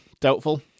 doubtful